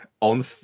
on